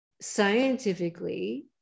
scientifically